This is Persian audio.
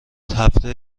هفته